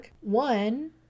One